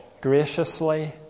graciously